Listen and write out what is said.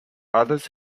others